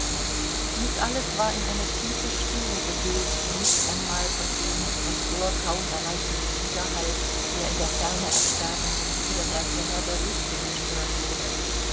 dies alles war in eine tiefe stille gehüllt die nicht einmal von dem das ohr kaum erreichenden widerhall der in der ferne ersterbenden lieder der sänger der lüfte gestört wurde